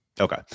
Okay